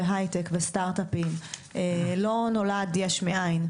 היי טק וסטרטאפים הוא לא נולד יש מאין,